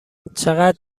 چقدر